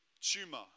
tumor